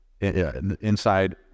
inside